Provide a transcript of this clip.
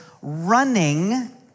running